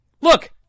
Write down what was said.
Look